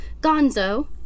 gonzo